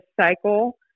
cycle